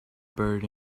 buried